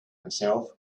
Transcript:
himself